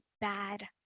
bad